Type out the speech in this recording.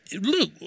Look